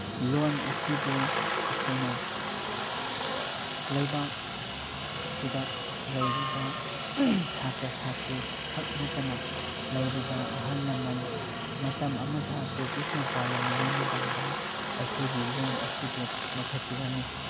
ꯂꯣꯟ ꯑꯁꯤꯕꯨ ꯑꯩꯈꯣꯏꯅ ꯂꯩꯕꯥꯛ ꯁꯤꯗ ꯂꯩꯔꯤꯕ ꯁꯥꯇ꯭ꯔ ꯁꯥꯇ꯭ꯔꯤ ꯈꯛ ꯅꯠꯇꯅ ꯂꯩꯔꯤꯕ ꯑꯍꯜ ꯂꯃꯟ ꯃꯇꯝ ꯑꯃꯗ ꯕ꯭ꯔꯤꯇꯤꯁꯅ ꯄꯥꯜꯂꯝꯃꯤꯉꯩ ꯃꯇꯝꯗ ꯑꯩꯈꯣꯏꯒꯤ ꯂꯣꯟ ꯑꯁꯤꯕꯨ ꯃꯨꯊꯠꯄꯤꯔꯝꯃꯤ